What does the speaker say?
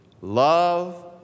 love